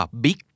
big